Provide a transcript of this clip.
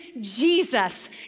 Jesus